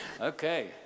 Okay